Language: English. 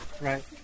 Right